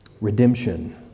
Redemption